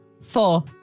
Four